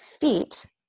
feet